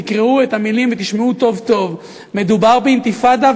תקראו את המילים ותשמעו טוב טוב: מדובר באינתיפאדה,